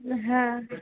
હાં